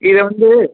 இதை வந்து